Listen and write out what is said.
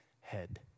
head